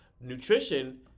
nutrition